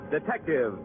Detective